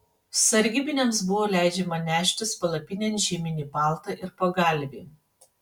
sargybiniams buvo leidžiama neštis palapinėn žieminį paltą ir pagalvį